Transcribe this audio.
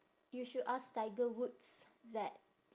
you should ask tiger woods that